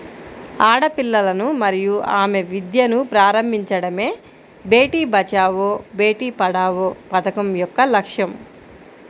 ఆడపిల్లలను మరియు ఆమె విద్యను ప్రారంభించడమే బేటీ బచావో బేటి పడావో పథకం యొక్క లక్ష్యం